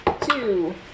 Two